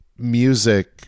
music